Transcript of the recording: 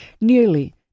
nearly